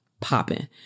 popping